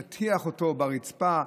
מטיח אותו ברצפה,